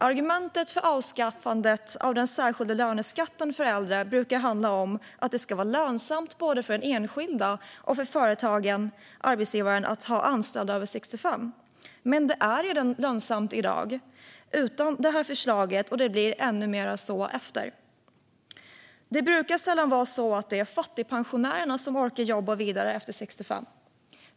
Argumentet för avskaffandet av den särskilda löneskatten för äldre brukar handla om att det ska vara lönsamt både för den enskilda och för arbetsgivaren att ha anställda över 65 år. Men det är redan lönsamt i dag utan det här förslaget, och det blir ännu mer så efter avskaffandet. Det brukar sällan vara så att det är fattigpensionärerna som orkar jobba vidare efter 65 år.